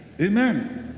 Amen